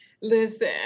Listen